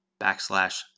backslash